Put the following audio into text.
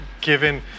given